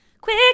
Quick